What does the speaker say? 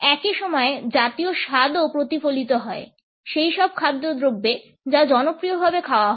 একই সময়ে জাতীয় স্বাদও প্রতিফলিত হয় সেইসব খাদ্যদ্রব্যে যা জনপ্রিয়ভাবে খাওয়া হয়